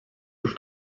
już